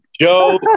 Joe